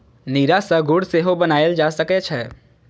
नीरा सं गुड़ सेहो बनाएल जा सकै छै